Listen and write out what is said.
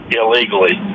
illegally